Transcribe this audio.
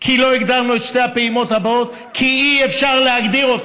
לא הגדרנו את שתי הפעימות הבאות כי אי-אפשר להגדיר אותן,